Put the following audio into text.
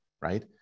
right